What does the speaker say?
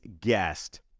guest